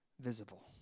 visible